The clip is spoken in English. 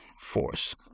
force